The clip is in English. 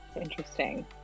interesting